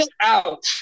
out